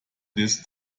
this